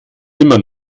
immer